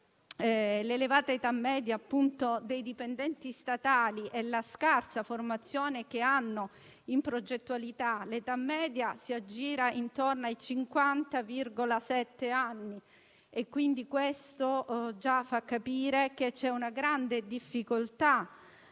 l'elevata età media dei dipendenti statali e la loro scarsa formazione in progettualità. L'età media si aggira, infatti, intorno ai 50,7 anni e questo già fa capire che c'è una grande difficoltà